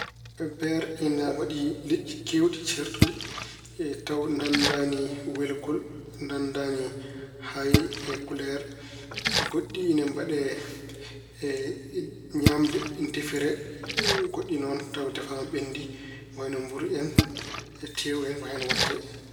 Beer ina waawi liƴƴi keewɗi ceertuɗi taw nanndaani welgol, nanndaani hayi e kuleer. Goɗɗi ine mbaɗe e ñaamde, ine defire. Goɗɗi noon taw defaama ɓenndi, wayno mburu en, tewu en, ko en waɗtee.